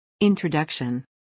Introduction